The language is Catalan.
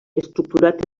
estructurat